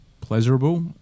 pleasurable